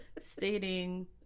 stating